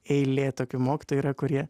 eilė tokių mokytojų yra kurie